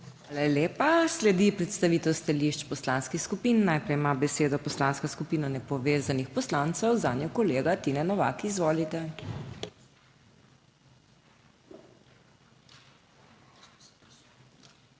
Hvala lepa. Sledi predstavitev stališč poslanskih skupin. Najprej ima besedo Poslanska skupina Nepovezanih poslancev, zanjo kolega Tine Novak. Izvolite. TINE NOVAK